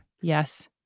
yes